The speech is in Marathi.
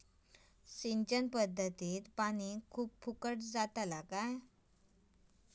सिंचन पध्दतीत पानी खूप फुकट जाता काय?